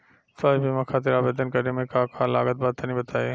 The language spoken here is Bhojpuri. स्वास्थ्य बीमा खातिर आवेदन करे मे का का लागत बा तनि बताई?